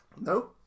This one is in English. No